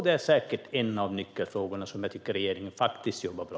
Det är en av de nyckelfrågor där jag faktiskt tycker att regeringen jobbar bra.